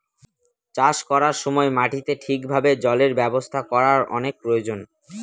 চাষ করার সময় মাটিতে ঠিক ভাবে জলের ব্যবস্থা করার অনেক প্রয়োজন